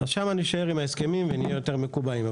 שם נישאר עם ההסכמים ונהיה יותר מקובעים.